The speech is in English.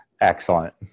Excellent